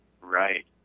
Right